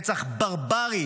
רצח ברברי